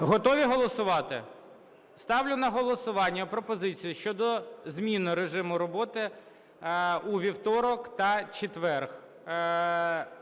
Готові голосувати? Ставлю на голосування пропозицію щодо зміни режиму роботи у вівторок та четвер